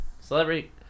Celebrity